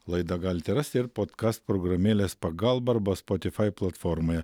laidą galite rasti ir pokast programėlės pagalba arba spotifai platformoje